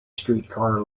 streetcar